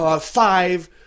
Five